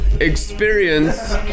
experience